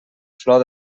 flor